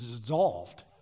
dissolved